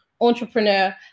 entrepreneur